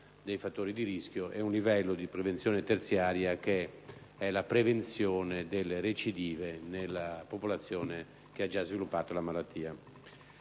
dei fattori di rischio; un livello di prevenzione terziaria, che è la prevenzione delle recidive nella popolazione che ha già sviluppato la malattia.